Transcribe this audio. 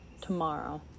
tomorrow